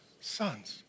sons